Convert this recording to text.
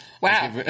Wow